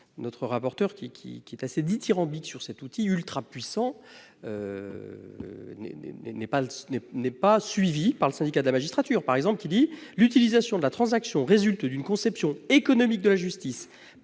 Notre rapporteur, qui est assez dithyrambique à propos de cet outil qu'il juge « ultra-puissant », n'est pas suivi par le Syndicat de la magistrature, par exemple, qui considère que l'utilisation de la transaction résulte d'une conception économique de la justice,